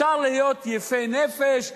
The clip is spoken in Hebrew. אפשר להיות יפי נפש ולהגיד: